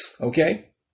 Okay